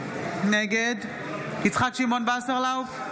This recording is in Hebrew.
נגד יצחק שמעון וסרלאוף,